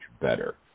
better